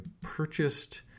purchased